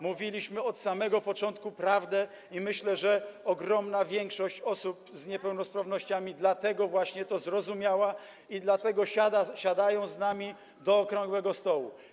Mówiliśmy od samego początku prawdę i myślę, że ogromna większość osób z niepełnosprawnościami dlatego właśnie to zrozumiała i dlatego siada z nami do okrągłego stołu.